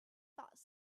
passed